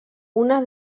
una